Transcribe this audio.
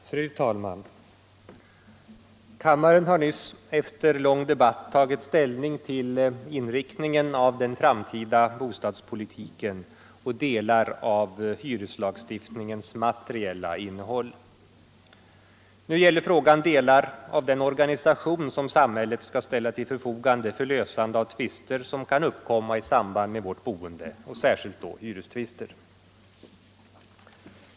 Herr talman! Kammaren har nyss efter lång debatt tagit ställning till inriktningen av den framtida bostadspolitiken och till delar av hyreslagstiftningens materiella innehåll. Nu gäller frågan delar av den organisation som samhället skall ställa till förfogande för lösande av tvister som kan uppkomma i samband med vårt boende, särskilt då hyrestvister.